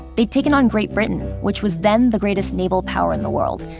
they'd taken on great britain, which was then the greatest naval power in the world,